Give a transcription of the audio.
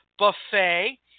buffet